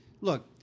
look